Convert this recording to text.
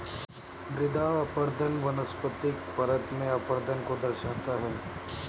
मृदा अपरदन वनस्पतिक परत में अपरदन को दर्शाता है